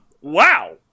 Wow